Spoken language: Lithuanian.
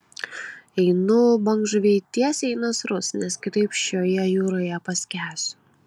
einu bangžuvei tiesiai į nasrus nes kitaip šioje jūroje paskęsiu